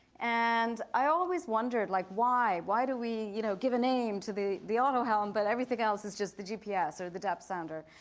and i always wondered like, why? why do we you know give a name to the the otto home? but everything else is just the gps or the depth sounder.